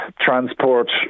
transport